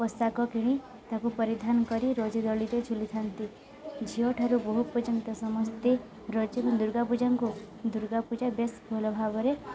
ପୋଷାକ କିଣି ତାକୁ ପରିଧାନ କରି ରଜ ଦୋଳିରେ ଝୁଲିଥାନ୍ତି ଝିଅଠାରୁ ବୋହୁ ପର୍ଯ୍ୟନ୍ତ ସମସ୍ତେ ରଜି ଦୁର୍ଗା ପୂଜାଙ୍କୁ ଦୁର୍ଗା ପୂଜା ବେଶ ଭଲ ଭାବରେ